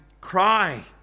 cry